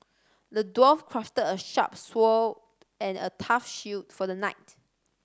the dwarf crafted a sharp sword and a tough shield for the knight